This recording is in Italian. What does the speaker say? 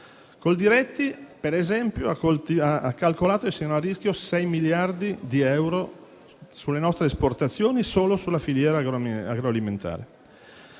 Coldiretti, per esempio, ha calcolato che siano a rischio 6 miliardi di euro delle nostre esportazioni solo sulla filiera agroalimentare.